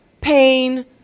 pain